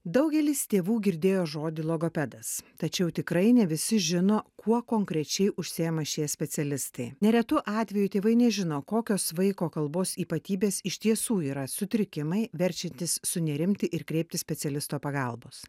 daugelis tėvų girdėjo žodį logopedas tačiau tikrai ne visi žino kuo konkrečiai užsiima šie specialistai neretu atveju tėvai nežino kokios vaiko kalbos ypatybės iš tiesų yra sutrikimai verčiantys sunerimti ir kreiptis specialisto pagalbos